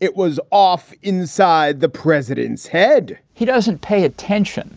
it was off inside the president's head he doesn't pay attention